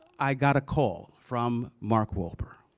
i got a call from mark wolper,